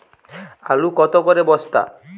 আলু কত করে বস্তা?